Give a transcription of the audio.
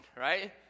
right